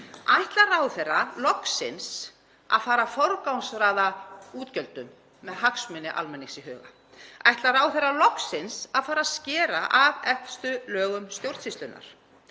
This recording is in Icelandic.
Ætlar ráðherra loksins að fara að forgangsraða útgjöldum með hagsmuni almennings í huga? Ætlar ráðherra loksins að fara að skera af efstu lögum stjórnsýslunnar?